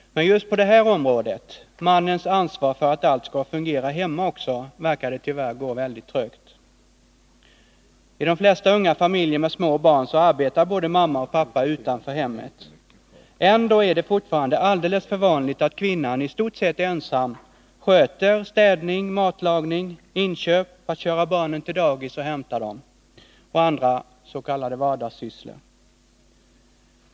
Men just på det här området, mannens ansvar för att allt skall fungera också hemma, verkar det tyvärr gå trögt. I de flesta unga familjer med små barn arbetar både mamma och pappa utanför hemmet. Ändå är det fortfarande'alldeles för vanligt att kvinnan i stort sett ensam får sköta städning, matlagning och inköp, köra barnen till och från dagis och klara andra s.k. vardagssysslor.